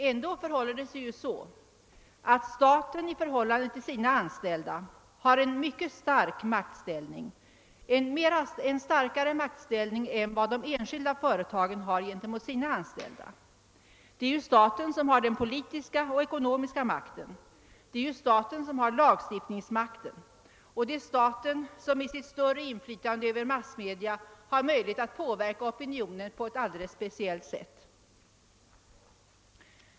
Ändå har staten i förhållande till sina anställda en mycket stark maktställning, starkare än vad de enskilda företagen har gentemot sina anställda. Det är ju staten som har den politiska och ekonomiska makten och lagstiftningsmakten och som genom sitt större inflytande över massmedia har möjlighet att påverka opinionen på ett alldeles speciellt sätt.